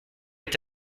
est